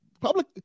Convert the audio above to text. Public